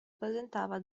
presentava